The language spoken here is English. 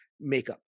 makeup